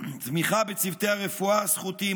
תמיכה בצוותי הרפואה הסחוטים,